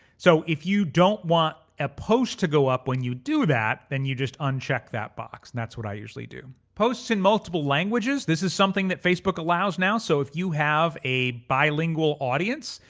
so if you don't want a post to go up when you do that, then you just uncheck that box and that's what i usually do. posts in multiple languages. this is something that facebook allows now. so if you have a bilingual audience,